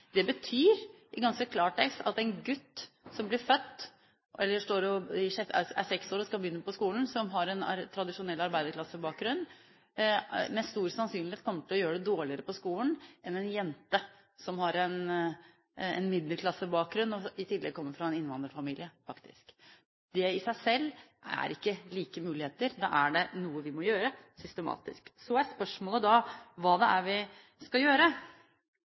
Det betyr i ganske klartekst at en gutt som er seks år og skal begynne på skolen, og som har en tradisjonell arbeiderklassebakgrunn, med stor sannsynlighet kommer til å gjøre det dårligere på skolen enn en jente som har en middelklassebakgrunn, og som i tillegg kommer fra en innvandrerfamilie – faktisk. Det i seg selv er ikke like muligheter. Da er det noe vi må gjøre systematisk. Så er spørsmålet hva vi da skal gjøre. Når vi hører at gutter ligger ett år etter i lesing, er det klart at det er